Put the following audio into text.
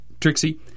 Trixie